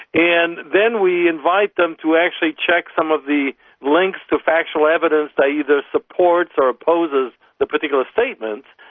and then we invite them to actually check some of the links to factual evidence, that either supports or opposes the particular statements,